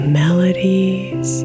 melodies